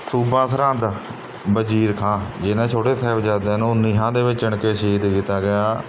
ਸੂਬਾ ਸਰਹੰਦ ਵਜ਼ੀਰ ਖਾਂ ਜਿਹਨੇ ਛੋਟੇ ਸਾਹਿਬਜ਼ਾਦਿਆਂ ਨੂੰ ਨੀਹਾਂ ਦੇ ਵਿੱਚ ਚਿਣ ਕੇ ਸ਼ਹੀਦ ਕੀਤਾ ਗਿਆ